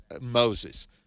Moses